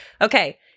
Okay